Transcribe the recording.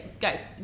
guys